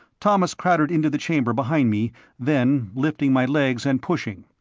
thomas crowded into the chamber behind me then, lifting my legs and pushing.